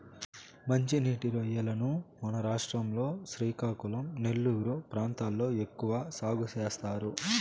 మంచి నీటి రొయ్యలను మన రాష్ట్రం లో శ్రీకాకుళం, నెల్లూరు ప్రాంతాలలో ఎక్కువ సాగు చేస్తారు